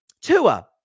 Tua